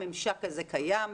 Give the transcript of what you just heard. הממשק הזה קיים.